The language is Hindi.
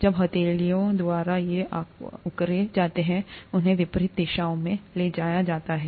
जब हथेलियों द्वारा ये उकेरे जाते हैं उन्हें विपरीत दिशाओं में ले जाया जाता है